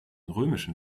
römischen